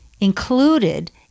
included